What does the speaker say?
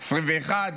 21,